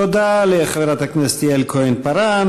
תודה לחברת הכנסת יעל כהן-פארן.